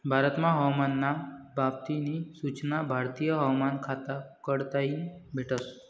भारतमा हवामान ना बाबत नी सूचना भारतीय हवामान खाता कडताईन भेटस